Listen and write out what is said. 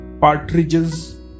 partridges